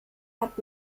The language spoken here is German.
hat